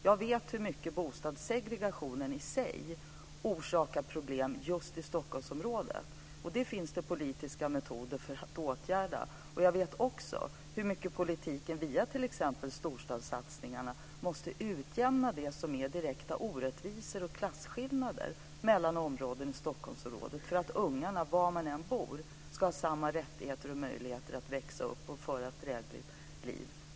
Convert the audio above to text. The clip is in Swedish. Jag vet hur mycket problem som bostadssegregationen i sig orsakar just i Stockholmsområdet, men det finns politiska metoder för att åtgärda det. Jag vet också hur mycket politiken via t.ex. storstadssatsningarna måste utjämna det som är direkta orättvisor och klasskillnader mellan områden i Stockholm för att ungarna - var de än bor - ska ha samma rättigheter och möjligheter att växa upp och föra ett drägligt liv.